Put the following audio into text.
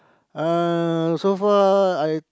uh so far I